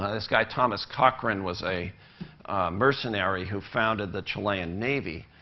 ah this guy thomas cochrane was a mercenary who founded the chilean navy,